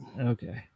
okay